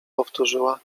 powtórzyła